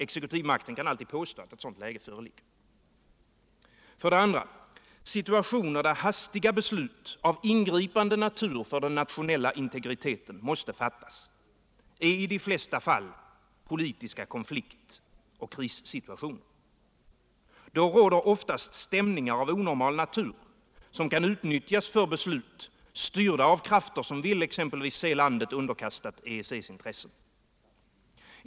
Exekutivmakten kan alltid påstå att ett sådant läge föreligger. För det andra är situationer där hastiga beslut av ingripande natur för den nationella integriteten måste fattas i de flesta fall politiska konfliktoch krissituationer. Då råder oftast stämningar av onormal natur som kan utnyttjas för beslut styrda av krafter som vill se landet underkastat EG:s intressen.